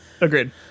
Agreed